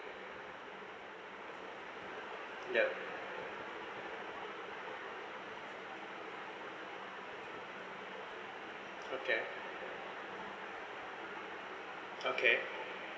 yup okay okay